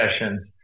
sessions